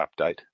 update